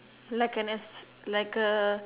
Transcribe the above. like a necess~ like a